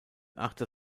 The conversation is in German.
achter